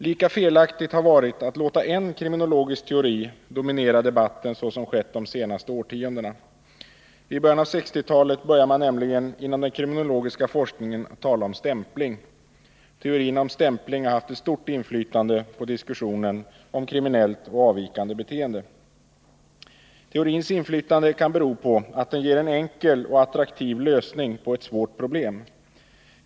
Lika felaktigt har varit att låta en kriminologisk teori dominera debatten såsom skett de senaste årtiondena. I början av 1960-talet började man inom den kriminologiska forskningen tala om stämpling. Teorierna om stämpling har haft ett stort inflytande på diskussionen om kriminellt och avvikande beteende. Teorins inflytande kan bero på att den ger en enkel och attraktiv lösning på ett svårt problem.